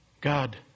God